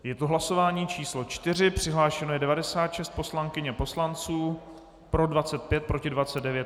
Je to hlasování číslo 4, přihlášeno je 96 poslankyň a poslanců, pro 25, proti 29.